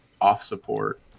off-support